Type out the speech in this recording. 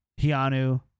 Hianu